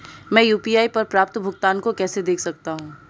मैं यू.पी.आई पर प्राप्त भुगतान को कैसे देख सकता हूं?